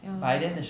ya lor